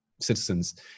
citizens